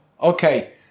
Okay